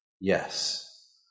Yes